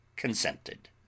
consented